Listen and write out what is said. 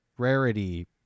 rarity